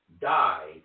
died